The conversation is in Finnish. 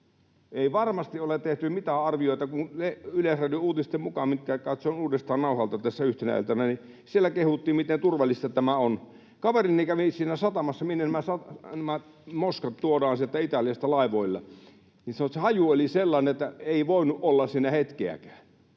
Ei varmasti ole tehty mitään arvioita, kun Yleisradion uutisissa, mitkä katsoin uudestaan nauhalta tässä yhtenä iltana, kehuttiin, miten turvallista tämä on. Kaverini kävi siinä satamassa, minne nämä moskat tuodaan sieltä Italiasta laivoilla, ja sanoi, että se haju oli sellainen, että ei voinut olla siinä hetkeäkään.